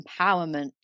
empowerment